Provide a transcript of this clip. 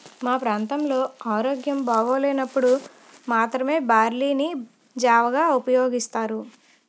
మా ప్రాంతంలో ఆరోగ్యం బాగోలేనప్పుడు మాత్రమే బార్లీ ని జావగా ఉపయోగిస్తారు